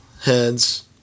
heads